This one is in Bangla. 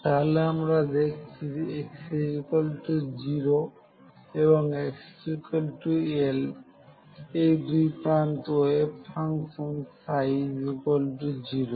তাহলে আমরা দেখেছি x0 এবং xL এই দুই প্রান্তে ওয়েভ ফাংশন 0